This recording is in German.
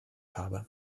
habe